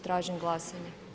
Tražim glasanje.